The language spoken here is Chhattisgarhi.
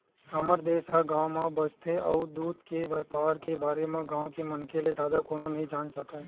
हमर देस ह गाँव म बसथे अउ दूद के बइपार के बारे म गाँव के मनखे ले जादा कोनो नइ जान सकय